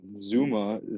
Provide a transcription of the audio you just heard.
Zuma